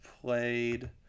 played